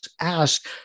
ask